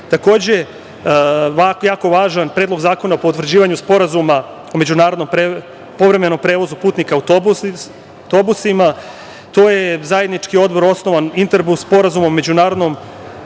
jako važan Predlog zakona o potvrđivanju Sporazuma o međunarodnom povremenom prevozu putnika autobusima. To je Zajednički odbor osnovanog Interbus Sporazumom o međunarodnom